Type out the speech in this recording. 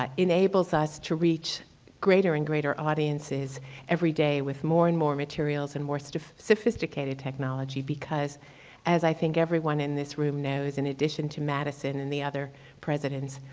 ah enables us to reach greater and greater audiences everyday with more and more materials and more sort of sophisticated technology because as i think, everyone in this room knows, in addition to madison and the other presidents,